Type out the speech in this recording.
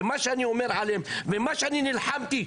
ומה שאני אומר עליהם ומה שאני נלחמתי,